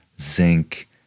zinc